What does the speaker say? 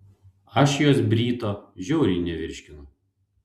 aš jos bryto žiauriai nevirškinu